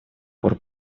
пор